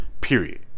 Period